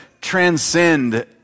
transcend